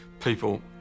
People